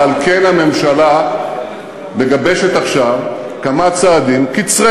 ועל כן הממשלה מגבשת עכשיו כמה צעדים קצרי